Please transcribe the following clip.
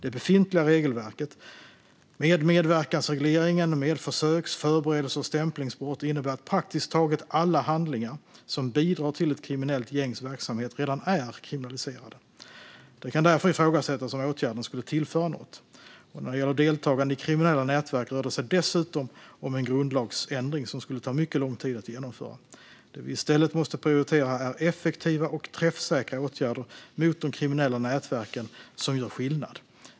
Det befintliga regelverket, med medverkansregleringen och med försöks-, förberedelse och stämplingsbrott, innebär att praktiskt taget alla handlingar som bidrar till ett kriminellt gängs verksamhet redan är kriminaliserade. Det kan därför ifrågasättas om åtgärden skulle tillföra något. När det gäller deltagande i kriminella nätverk rör det sig dessutom om en grundlagsändring som skulle ta mycket lång tid att genomföra. Det vi i stället måste prioritera är effektiva och träffsäkra åtgärder mot de kriminella nätverken som gör skillnad.